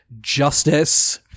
Justice